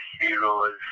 heroes